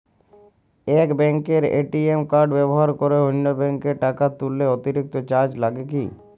এক ব্যাঙ্কের ATM card ব্যবহার করে অন্য ব্যঙ্কে টাকা তুললে অতিরিক্ত চার্জ লাগে কি?